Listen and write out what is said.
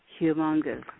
humongous